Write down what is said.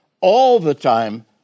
all-the-time